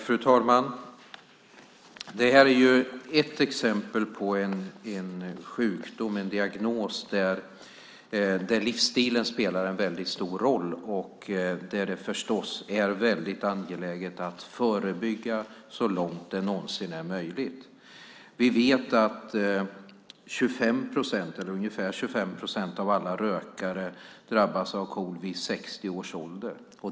Fru talman! Det här är ett exempel på en sjukdom, en diagnos, där livsstilen spelar en väldigt stor roll och där det förstås är mycket angeläget att förebygga så långt det någonsin är möjligt. Vi vet att ungefär 25 procent av alla rökare vid 60 års ålder drabbas av KOL.